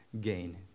gain